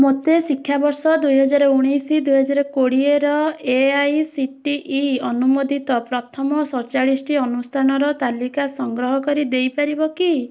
ମୋତେ ଶିକ୍ଷାବର୍ଷ ଦୁଇ ହାଜର ଉଣେଇଶି ଦୁଇ ହାଜର କୋଡ଼ିଏର A I C T E ଅନୁମୋଦିତ ପ୍ରଥମ ସଡ଼ଚାଳିଶି ଟି ଅନୁଷ୍ଠାନର ତାଲିକା ସଂଗ୍ରହ କରି ଦେଇପାରିବ କି